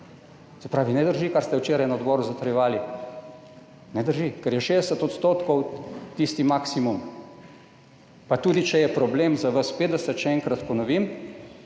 Se pravi ne drži, kar ste včeraj na odboru zatrjevali, ne drži, ker je 60 % tisti maksimum. Pa tudi če je problem za vas 50, še enkrat ponovim,